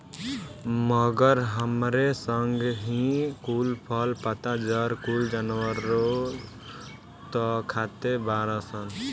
मगर हमरे संगे एही कुल फल, पत्ता, जड़ कुल जानवरनो त खाते बाड़ सन